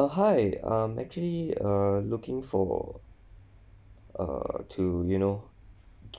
uh hi I'm actually err looking for err to you know